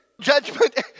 judgment